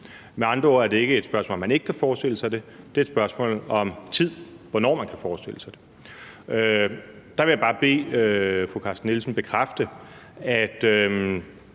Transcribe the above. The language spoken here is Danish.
Med andre ord er det ikke et spørgsmål om, at man ikke kan forestille sig det, det er et spørgsmål om tid, altså hvornår man kan forestille sig det. Der vil jeg bare bede fru Sofie Carsten Nielsen bekræfte, at